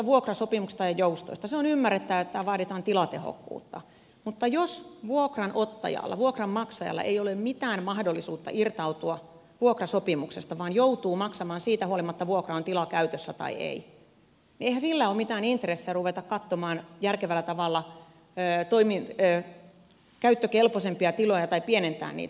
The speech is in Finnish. se on ymmärrettävää että vaaditaan tilatehokkuutta mutta jos vuokranottajalla vuokranmaksajalla ei ole mitään mahdollisuutta irtautua vuokrasopimuksesta vaan se joutuu maksamaan vuokraa siitä riippumatta onko tila käytössä vai ei niin eihän sillä ole mitään intressiä ruveta katsomaan järkevällä tavalla käyttökelpoisempia tiloja tai pienentää niitä